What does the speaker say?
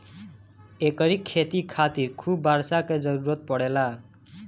एकरी खेती खातिर खूब बरखा के जरुरत पड़ेला